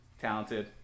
talented